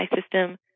system